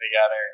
together